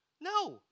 No